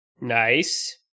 Nice